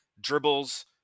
dribbles